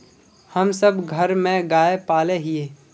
हम सब घर में गाय पाले हिये?